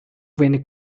wenig